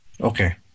Okay